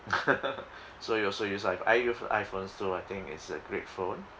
so you also use iph~ I use iPhones too I think it's a great phone